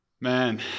Man